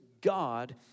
God